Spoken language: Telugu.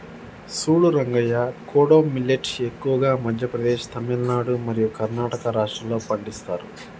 సూడు రంగయ్య కోడో మిల్లేట్ ఎక్కువగా మధ్య ప్రదేశ్, తమిలనాడు మరియు కర్ణాటక రాష్ట్రాల్లో పండిస్తారు